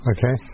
Okay